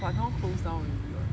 but now closed down already [what]